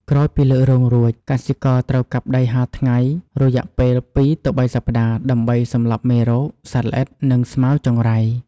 ក្រោយពីលើករងរួច កសិករត្រូវកាប់ដីហាលថ្ងៃរយៈពេល ២-៣ សប្តាហ៍ ដើម្បីសម្លាប់មេរោគ សត្វល្អិត និងស្មៅចង្រៃ។